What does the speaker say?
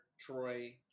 Troy